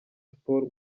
sports